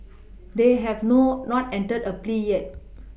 they have nor not entered a plea yet